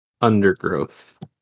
undergrowth